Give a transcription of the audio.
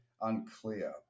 unclear